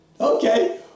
Okay